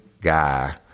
guy